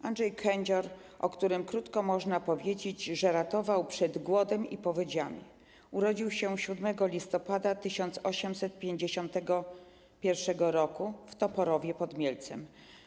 Andrzej Kędzior, o którym krótko można powiedzieć, że ratował przed głodem i powodziami, urodził się 7 listopada 1851 r. w Toporowie pod Mielcem.